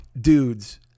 dudes